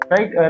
Right